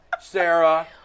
Sarah